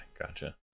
gotcha